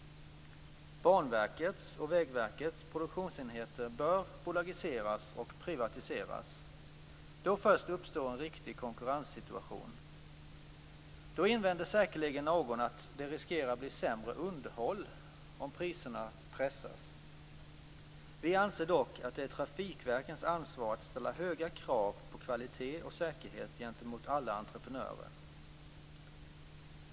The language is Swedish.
Banverkets och Vägverkets produktionsenheter bör bolagiseras och privatiseras. Då först uppstår en riktig konkurrenssituation. Då invänder säkerligen någon att det riskerar bli sämre underhåll om priserna pressas. Vi anser dock att det är trafikverkens ansvar att ställa höga krav på kvalitet och säkerhet gentemot alla entreprenörer.